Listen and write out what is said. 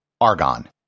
argon